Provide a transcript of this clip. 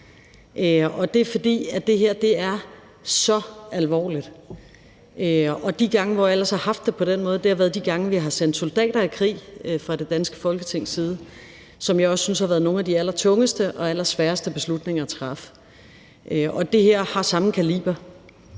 det var, fordi det her er så alvorligt. De gange, hvor jeg ellers har haft det på den måde, har været de gange, vi har sendt soldater i krig fra det danske Folketings side. Det synes jeg også har været nogen af de allertungeste og allersværeste beslutninger at træffe. Det her har samme kaliber.